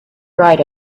write